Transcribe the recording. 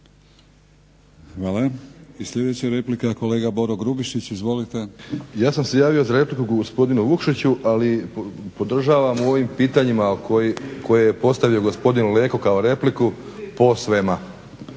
Hvala. I sljedeća replika kolega Boro Grubišić. Izvolite. **Grubišić, Boro (HDSSB)** Ja sam se javio za repliku gospodinu Vukšiću, ali podržavam u ovim pitanjima koje je postavio gospodin Leko kao repliku posvema